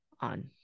on